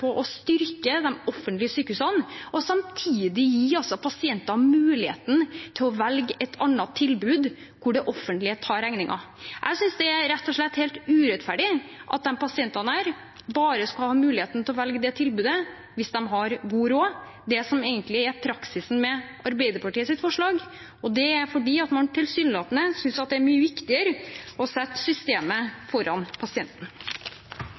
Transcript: på å styrke de offentlige sykehusene og samtidig gi pasientene muligheten til å velge et annet tilbud hvor det offentlige tar regningen. Jeg synes rett og slett det er helt urettferdig at disse pasientene bare skal ha muligheten til å velge det tilbudet hvis de har god råd, som egentlig er det som er praksisen med Arbeiderpartiets forslag, fordi man tilsynelatende synes det er mye viktigere å sette systemet foran pasienten.